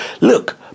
Look